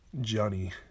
Johnny